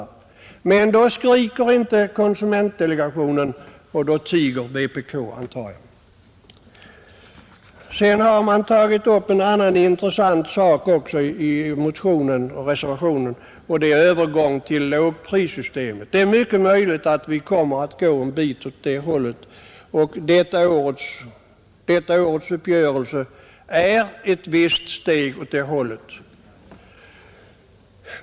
Men då skriker inte konsumentdelegationen och då tiger vpk, antar jag. Sedan har man tagit upp en annan intressant sak i motionen och reservationen, nämligen övergång till lågprissystemet. Det är mycket möjligt att vi kommer att gå en bit åt det hållet, och detta års uppgörelse är ett visst steg i den riktningen.